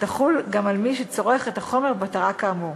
תחול גם על מי שצורך את החומר למטרה כאמור.